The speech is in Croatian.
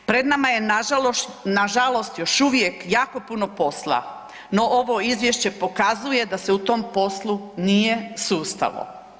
Pred nama je na žalost još uvijek jako puno posla, no ovo Izvješće pokazuje da se u tom poslu nije sustalo.